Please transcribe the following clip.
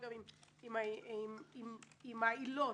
העילות.